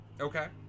okay